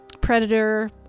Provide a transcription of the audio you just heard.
predator